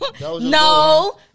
No